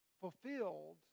fulfilled